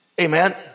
Amen